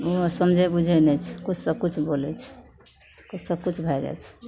ओहो समझै बुझै नहि छै किछुसे किछु बोलै छै तऽ सबकिछु भै जाइ छै